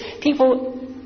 people